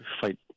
fight